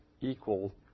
equal